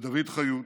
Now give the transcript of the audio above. ודוד חיות,